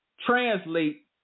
translate